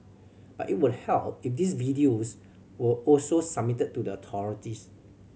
but it would help if these videos were also submitted to the authorities